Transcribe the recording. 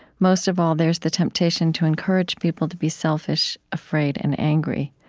most of all, there's the temptation to encourage people to be selfish, afraid, and angry.